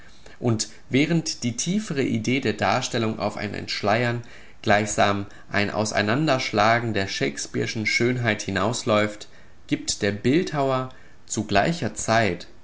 und während die tiefere idee der darstellung auf ein entschleiern gleichsam ein auseinanderschlagen der shakespeareschen schönheit hinausläuft gibt der bildhauer zu gleicher zeit